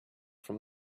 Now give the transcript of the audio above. from